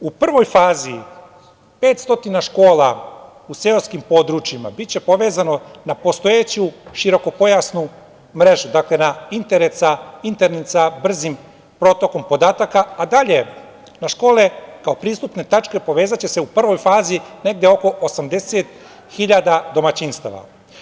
U prvoj fazi 500 škola u seoskim područjima biće povezano na postojeću širokopojasnu mrežu, dakle na internet sa brzim protokom podataka, a dalje na škole kao pristupne tačke povezaće se u prvoj fazi negde oko 80 hiljada domaćinstava.